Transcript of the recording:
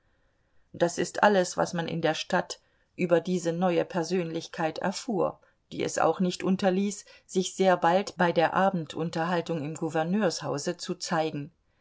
das ist alles was man in der stadt über diese neue persönlichkeit erfuhr die es auch nicht unterließ sich sehr bald bei der abendunterhaltung im gouverneurshause zu zeigen